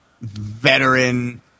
veteran